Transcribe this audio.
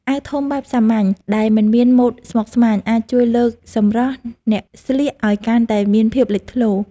អាវធំបែបសាមញ្ញដែលមិនមានម៉ូដស្មុគស្មាញអាចជួយលើកសម្រស់អ្នកស្លៀកឱ្យកាន់តែមានភាពលេចធ្លោ។